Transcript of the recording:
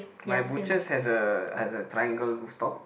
my butchers has a has a triangle rooftop